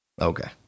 Okay